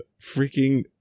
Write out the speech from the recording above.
freaking